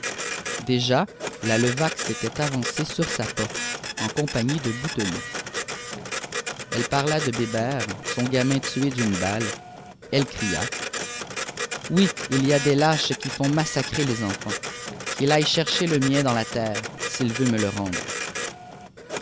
déjà la levaque s'était avancée sur sa porte en compagnie de bouteloup elle parla de bébert son gamin tué d'une balle elle cria oui il y a des lâches qui font massacrer les enfants qu'il aille chercher le mien dans la terre s'il veut me le rendre